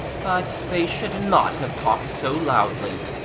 but they should not have talked so loudly,